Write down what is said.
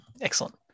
excellent